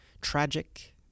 tragic